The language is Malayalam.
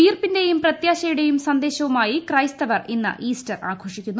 ഉയിർപ്പിന്റെയും പ്രത്യാശയുടെയും ന് സന്ദേശവുമായി ക്രൈസ്തവർ ഇന്ന് ഈസ്റ്റർ ആഘോഷിക്കുന്നു